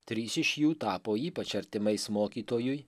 trys iš jų tapo ypač artimais mokytojui